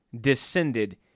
descended